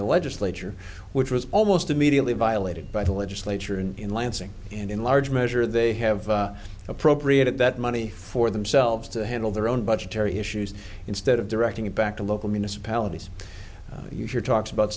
the legislature which was almost immediately violated by the legislature and in lansing and in large measure they have appropriated that money for themselves to handle their own budgetary issues instead of directing it back to local municipalities you're talks about